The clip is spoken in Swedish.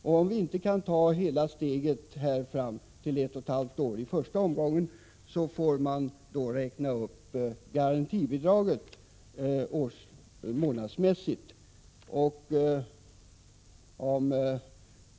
Om man inte kan ta hela steget till ett och ett halvt år i första omgången, får man räkna upp garantibidraget månadsmässigt.